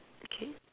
okay